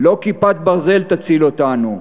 לא "כיפת ברזל" תציל אותנו,